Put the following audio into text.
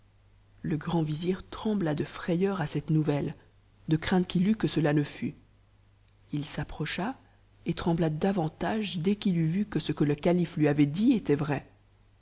le grand vizir trembla de frayeur à cette nouvelle de crainte qu'il eu que cela ne fut il s'approcha et trembla davantage dès qu'il eut vu que ce que le calife lui avait dit était vrai